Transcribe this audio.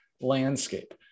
landscape